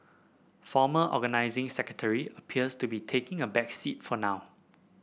former Organising Secretary appears to be taking a back seat for now